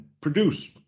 produce